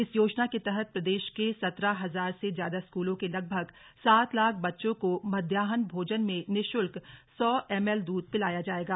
इस योजना के तहत प्रदेश के सत्रह हजार से ज्यादा स्कूलों के लगभग सात लाख बच्चों को मध्यान भोजन में निःशुल्क सौ एमएल दूध दिया जाएगा